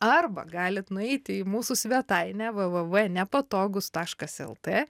arba galit nueiti į mūsų svetainę www nepatogus taškas lt